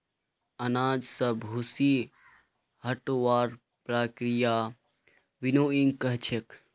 अनाज स भूसी हटव्वार प्रक्रियाक विनोइंग कह छेक